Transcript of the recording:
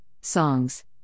songs